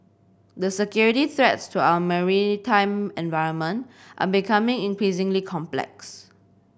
the security threats to our maritime environment are becoming increasingly complex